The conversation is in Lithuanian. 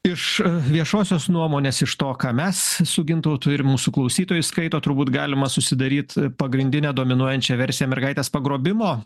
iš viešosios nuomonės iš to ką mes su gintautu ir mūsų klausytojai skaito turbūt galima susidaryt pagrindinę dominuojančią versiją mergaitės pagrobimo